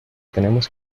tenemos